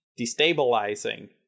destabilizing